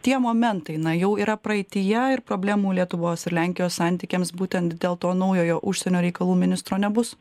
tie momentai na jau yra praeityje ir problemų lietuvos ir lenkijos santykiams būtent dėl to naujojo užsienio reikalų ministro nebus